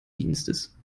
dienstes